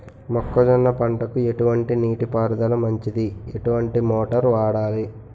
మొక్కజొన్న పంటకు ఎటువంటి నీటి పారుదల మంచిది? ఎటువంటి మోటార్ వాడాలి?